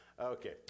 Okay